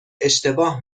اشتباه